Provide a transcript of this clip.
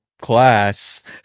class